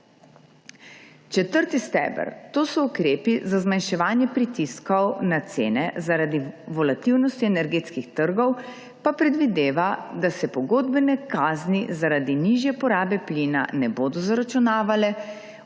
Četrti steber, to so ukrepi za zmanjševanje pritiskov na cene zaradi volativnosti energetskih trgov, pa predvideva, da se pogodbene kazni zaradi nižje porabe plina ne bodo zaračunavale,